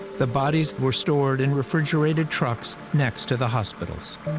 the bodies were stored in refrigerated trucks next to the hospitals.